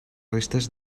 restes